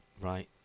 Right